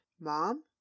Mom